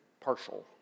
partial